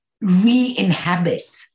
re-inhabit